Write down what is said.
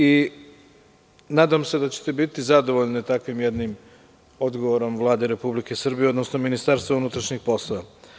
I nadam se da ćete biti zadovoljni takvim jednim odgovorom Vlade Republike Srbije, odnosno Ministarstvom unutrašnjih poslova.